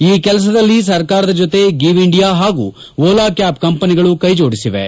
ಈ ಕೆಲಸದಲ್ಲಿ ಸರಕಾರದ ಜತೆ ಗಿವ್ ಇಂಡಿಯಾ ಹಾಗೂ ಓಲಾ ಕ್ಯಾಬ್ ಕಂಪನಿಗಳು ಕೈಜೋಡಿಸಿವೆ